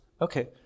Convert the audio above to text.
Okay